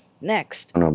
Next